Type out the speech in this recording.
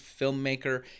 filmmaker